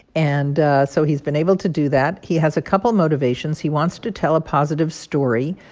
and so he's been able to do that. he has a couple motivations. he wants to tell a positive story,